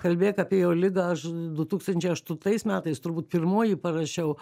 kalbėk apie jo ligą aš du tūkstančiai aštuntais metais turbūt pirmoji parašiau